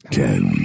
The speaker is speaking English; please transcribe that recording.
ten